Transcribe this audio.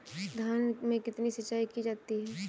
धान में कितनी सिंचाई की जाती है?